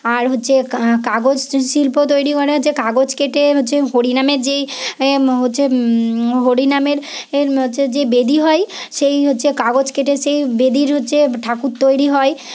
আর হচ্ছে কাগজ শিল্প তৈরি করে হচ্ছে কাগজ কেটে হচ্ছে হরিনামের যেই হচ্ছে হরিনামের হচ্ছে যে বেদী হয় সেই হচ্ছে কাগজ কেটে সেই বেদীর হচ্ছে ঠাকুর তৈরি হয়